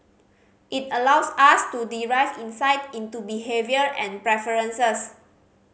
it allows us to derive insight into behaviour and preferences